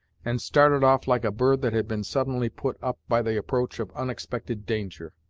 and started off like a bird that had been suddenly put up by the approach of unexpected danger.